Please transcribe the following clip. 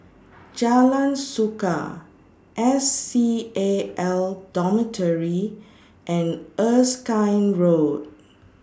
Jalan Suka S C A L Dormitory and Erskine Road